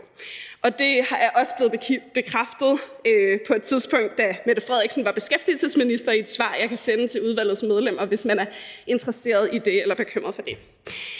Det er også blevet bekræftet på et tidspunkt, da Mette Frederiksen var beskæftigelsesminister, i et svar, som jeg kan sende til udvalgets medlemmer, hvis man er interesseret i det eller bekymret for det.